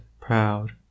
proud